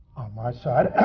my side,